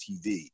TV